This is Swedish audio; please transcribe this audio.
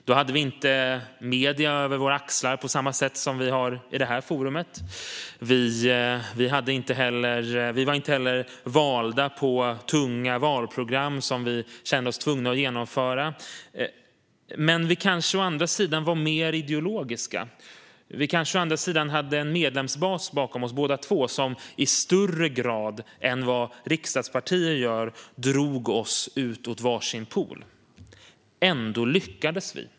Då hade vi inte medierna över våra axlar på samma sätt som vi i detta forum har. Vi var heller inte valda på tunga valprogram som vi kände oss tvungna att genomföra, men vi kanske å andra sidan var mer ideologiska. Vi hade kanske båda två en medlemsbas bakom oss som i högre grad än vad riksdagspartier gör drog oss ut mot var sin pol. Ändå lyckades vi.